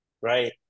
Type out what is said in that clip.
right